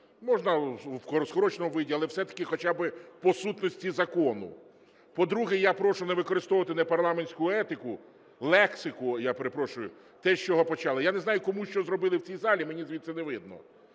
Можна в скороченому виді, але все-таки хоча б по сутності закону. По-друге, я прошу не використовувати непарламентську етику, лексику, я перепрошую, те, з чого почали. Я не знаю, кому що зробили в цій залі, мені звідси не видно.